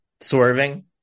Swerving